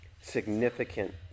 significant